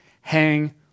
hang